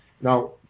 Now